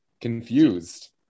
confused